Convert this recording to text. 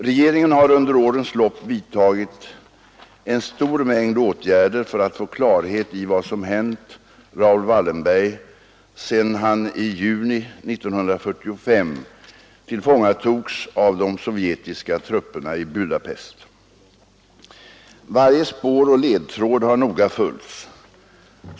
Regeringen har under årens lopp vidtagit en stor mängd åtgärder för att få klarhet i vad som hänt Raoul Wallenberg, sedan han i januari 1945 tillfångatogs av de sovjetiska trupperna i Budapest. Varje spår och ledtråd har noga följts upp.